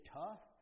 tough